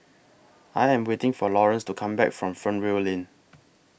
I Am waiting For Lawrance to Come Back from Fernvale Lane